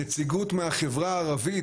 נציגות מהחברה הערבית,